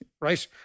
right